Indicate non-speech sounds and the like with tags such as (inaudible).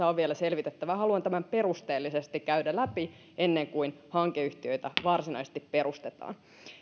(unintelligible) on vielä selvitettävää haluan tämän perusteellisesti käydä läpi ennen kuin hankeyhtiöitä varsinaisesti perustetaan